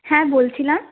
হ্যাঁ বলছিলাম